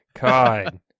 God